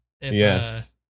Yes